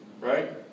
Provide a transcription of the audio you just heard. Right